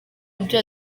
ibyo